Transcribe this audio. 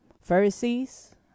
Pharisees